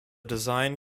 design